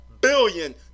billion